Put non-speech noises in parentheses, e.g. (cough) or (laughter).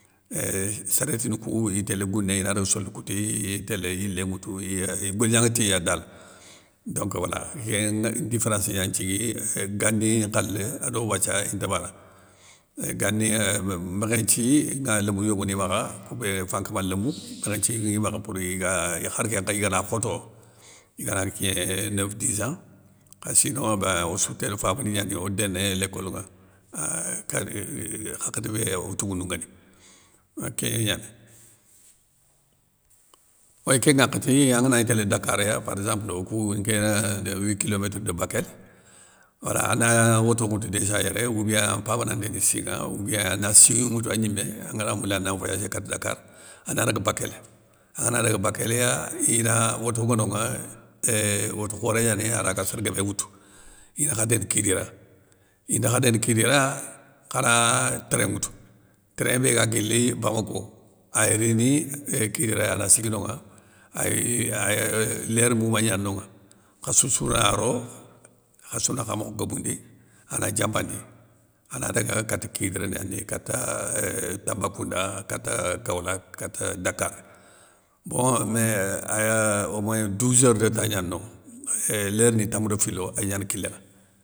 Séréttini kou iy tél gouné, inada ga sole kouti, iy télé yilé ŋwoutou, iyeu iye golignanŋa tiya dale, donc géin ngueu ndifférence gna nthigui euuh gani nkhalé ado wathia inta bana, gani ébeu mékhénthi, ŋa lémounou yogoni makha, koubé fankama lémou mékhénthiŋi makha pour iga khar kén nkha igana khoto, igana kigné neuf dizan, kha sinon béin ossou tél fabani gnagno déné lécolou ŋa, (hesitation) hakhati bé otougounou nguéni kén gnani. Wéy kén ŋwakhati angana gni dakar ya paréxemple, okou nkéna wi kolométre de bakel, wala anda woto ŋoutou, déja yéré oubien an mpaba na ndéni sinŋa, oubien an na sin nŋwoutou an gnimé angana gna mouli ana voyagé kat dakar ana daga bakél angana daga bakél ya ina woto ŋa nonŋa euuhh wote khoré gnani, araga sér guébé woutou, ina kha déni kidira inda kha déni kidira, khana train nŋwoutou, train bé ga guili bamako, ay rini éeeuh kidira ya ana sigui nonŋa ay ayeu lér mouma gnane nonŋa khassoussou na ro khassouna kha mokh gomoundi, khana diambandi, khana daga kata kidirani yane dé kata euuh tambacounda, kata kaolack, kata dakar. Bon mé aya o moyen douzeur de temps gnane noŋa éuuh lérni tamou do filo ay gnana kiléŋa.